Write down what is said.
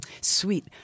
sweet